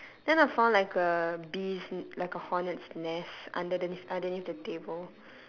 then I found like a bee's like a hornet's nest like underneath underneath the table